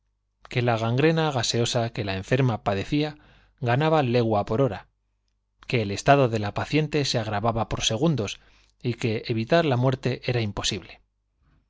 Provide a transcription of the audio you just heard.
que la gangrena gaseosa que la enferma padecía ganaba legua por hora que el estado de la paciente se agravaba por segundos y que evitar la muerte era imposible